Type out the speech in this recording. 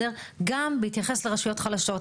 גם בהתייחס לרשויות חלשות,